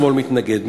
השמאל מתנגד,